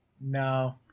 No